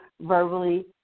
verbally